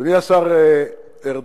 אדוני השר ארדן,